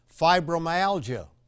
fibromyalgia